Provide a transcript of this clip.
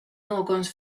någons